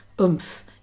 oomph